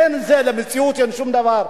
בין זה למציאות אין שום דבר.